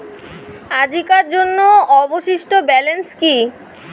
আজিকার জন্য অবশিষ্ট ব্যালেন্স কি?